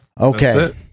Okay